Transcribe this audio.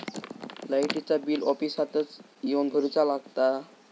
लाईटाचा बिल ऑफिसातच येवन भरुचा लागता?